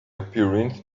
appearance